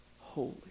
holy